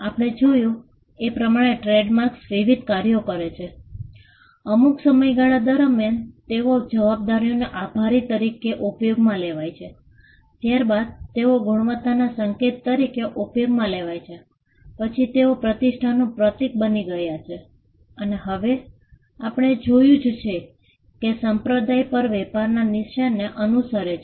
આપણે જોયું એે પ્રમાણે ટ્રેડમાર્ક્સ વિવિધ કાર્યો કરે છે અમુક સમયગાળા દરમિયાન તેઓ જવાબદારીને આભારી તરીકે ઉપયોગમાં લેવાય છે ત્યારબાદ તેઓ ગુણવત્તાના સંકેત તરીકે ઉપયોગમાં લેવાય છે પછી તેઓ પ્રતિષ્ઠાનું પ્રતીક બની ગયા છે અને હવે આપણે જોયું જ છે કે સંપ્રદાય પણ વેપારના નિશાનને અનુસરે છે